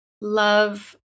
love